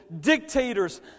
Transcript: dictators